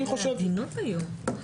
איזה עדינות היום?